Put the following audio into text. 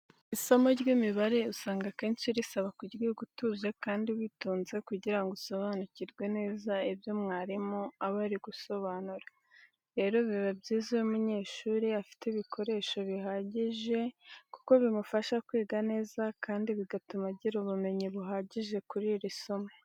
Isomo ry'imibare usanga akenshi riba risaba kuryiga utuje kandi witonze kugira ngo usobanukirwe neza ibyo mwarimu aba ari gusobanura. Rero biba byiza iyo umunyeshuri afite ibikoresho bihagije kuko bimufasha kwiga neza kandi bigatuma agira ubumenyi buhagije kuri iri somo.